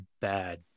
bad